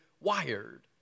wired